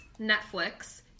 Netflix